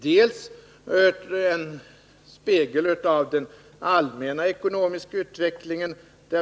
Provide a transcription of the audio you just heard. Det är bl.a. en spegling av den allmänna ekonomiska utvecklingen.